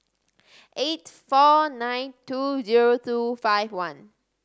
eight four nine two zero two five one